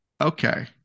Okay